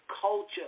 culture